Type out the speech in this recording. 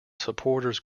supporters